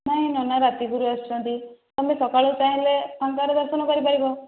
ନାଇଁ ନନା ରାତି ପୁରୁ ଆସୁଛନ୍ତି ତମେ ସକାଳେ ଚାହିଁଲେ ସନ୍ଧ୍ୟାରେ ଦର୍ଶନ କରି ପାରିବ